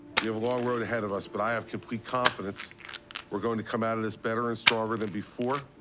we have a long road ahead of us, but i have complete confidence we're going to come out of this better and stronger than before.